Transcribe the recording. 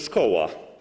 Szkoła.